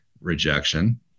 rejection